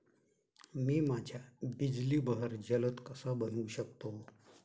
मी माझ्या बिजली बहर जलद कसा बनवू शकतो?